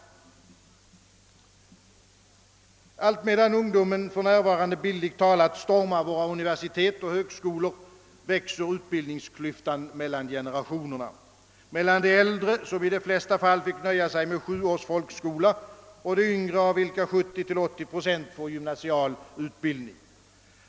Medan ungdomen för närvarande bildligt talat stormar våra universitet och högskolor, växer utbildningsklyftan mellan generationerna, mellan de äldre som i de flesta fall fick nöja sig med sju års folkskola och de yngre av vilka 70—80 procent får gymnasial utbildning.